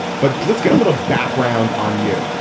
but let's get a little background on you.